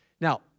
Now